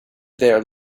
there